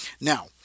Now